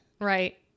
right